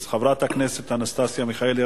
אז חברת הכנסת אנסטסיה מיכאלי,